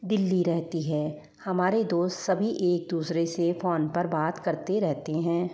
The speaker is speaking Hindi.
दिल्ली रहती है हमारे दोस्त सभी एक दूसरे से फ़ोन पर बात करती रहती हैं